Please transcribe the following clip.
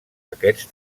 aquests